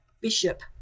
bishop